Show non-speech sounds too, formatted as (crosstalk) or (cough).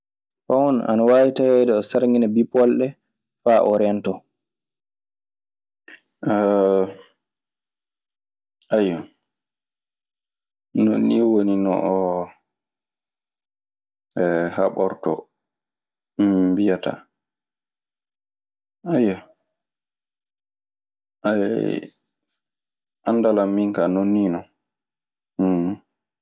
Pahon, ana waawi taweede o sarngina bippoole ɗee faa o reentoo. Banngal ko hanndiimo; faa yettoomo walla faa torla mo. (hesitation) Ayyo non nii woni no o (hesitation) haɓortoo, (hesitation) mbiyataa. Ayyo, anndal an min kaa non nii non. (noise)